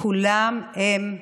כולם הם,